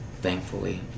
thankfully